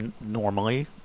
normally